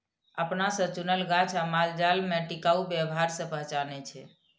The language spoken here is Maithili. अपना से चुनल गाछ आ मालजाल में टिकाऊ व्यवहार से पहचानै छै